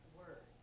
word